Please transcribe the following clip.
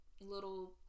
little